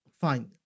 fine